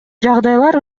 жагдайлар